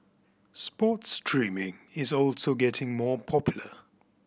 sports streaming is also getting more popular